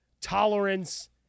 tolerance